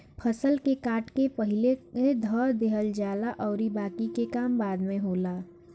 फसल के काट के पहिले धअ देहल जाला अउरी बाकि के काम बाद में होला